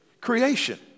Creation